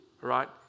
right